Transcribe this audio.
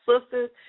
sisters